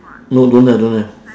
no don't have don't have